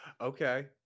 Okay